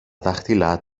δάχτυλα